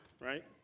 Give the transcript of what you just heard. right